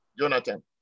Jonathan